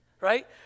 Right